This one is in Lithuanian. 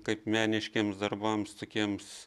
kaip meniškiems darbams tokiems